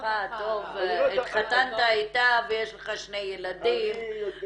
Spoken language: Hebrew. מזלך הטוב שהתחתנת איתה ויש לך שני ילדים.